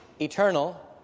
eternal